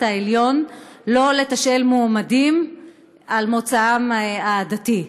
העליון לא לתשאל מועמדים על מוצאם העדתי.